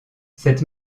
cette